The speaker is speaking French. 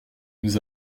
nous